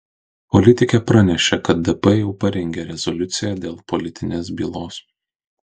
politikė pranešė kad dp jau parengė rezoliuciją dėl politinės bylos